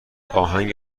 آهنگ